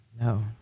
No